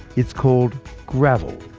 it's called gravel.